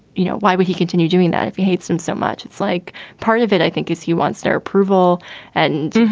you know, why would he continue doing that if he hates him so much? it's like part of it, i think, is he wants their approval and,